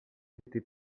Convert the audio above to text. été